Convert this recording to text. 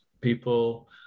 people